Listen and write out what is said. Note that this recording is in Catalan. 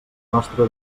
nostra